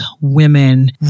women